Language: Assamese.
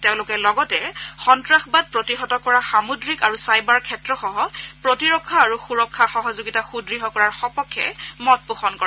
তেওঁলোকে লগতে সন্ত্ৰাসবাদ প্ৰতিহত কৰা সামুদ্ৰিক আৰু ছাইবাৰ ক্ষেত্ৰসহ প্ৰতিৰক্ষা আৰু সুৰক্ষা সহযোগিতা সুদ্ঢ় কৰাৰ সপক্ষে মত পোষণ কৰে